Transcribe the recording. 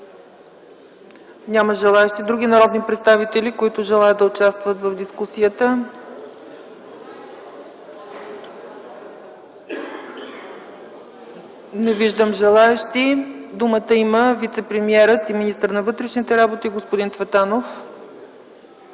Няма желаещи. Други народни представители, които желаят да участват в дискусията? Не виждам. Думата има вицепремиерът и министър на вътрешните работи господин Цветанов.